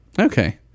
Okay